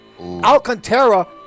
Alcantara